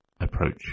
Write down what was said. approach